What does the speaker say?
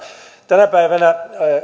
tänä päivänä